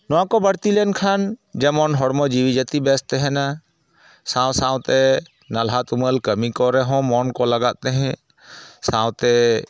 ᱱᱚᱣᱟ ᱠᱚ ᱵᱟᱹᱲᱛᱤ ᱞᱮᱱᱠᱷᱟᱱ ᱡᱮᱢᱚᱱ ᱦᱚᱲᱢᱚ ᱡᱤᱣᱤ ᱡᱟᱹᱛᱤ ᱵᱮᱥ ᱛᱟᱦᱮᱱᱟ ᱥᱟᱶ ᱥᱟᱶᱛᱮ ᱱᱟᱞᱦᱟ ᱛᱩᱢᱟᱹ ᱠᱟᱹᱢᱤ ᱠᱚ ᱨᱮᱦᱚᱸ ᱢᱚᱱ ᱠᱚ ᱞᱟᱜᱟᱜ ᱛᱟᱦᱮᱸᱫ ᱥᱟᱶᱛᱮ